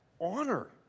honor